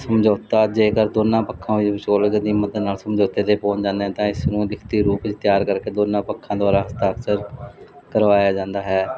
ਸਮਝੌਤਾ ਜੇਕਰ ਦੋਨਾਂ ਪੱਖਾਂ ਦੀ ਮਦਦ ਨਾਲ ਸਮਝੌਤੇ 'ਤੇ ਪਹੁੰਚ ਜਾਂਦੇ ਤਾਂ ਇਸ ਨੂੰ ਲਿਖਤੀ ਰੂਪ ਤਿਆਰ ਕਰਕੇ ਦੋਨਾਂ ਪੱਖਾਂ ਦਾਆਰਾ ਹਸ਼ਤਾਕਸ਼ਰ ਕਰਵਾਇਆ ਜਾਂਦਾ ਹੈ